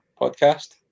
podcast